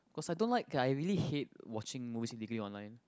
cause I don't like I really hate watching watching movies online